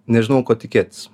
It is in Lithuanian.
nežinau ko tikėtis